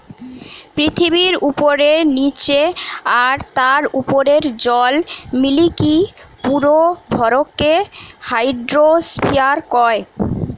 পৃথিবীর উপরে, নীচে আর তার উপরের জল মিলিকি পুরো ভরকে হাইড্রোস্ফিয়ার কয়